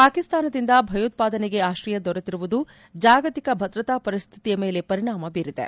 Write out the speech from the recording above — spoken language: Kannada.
ಪಾಕಿಸ್ತಾನದಿಂದ ಭಯೋತ್ಸಾದನೆಗೆ ಆಶ್ರಯ ದೊರೆತಿರುವುದು ಜಾಗತಿಕ ಭದ್ರತಾ ಪರಿಸ್ಥಿತಿಯ ಮೇಲೆ ಪರಿಣಾಮ ಬೀರಿದೆ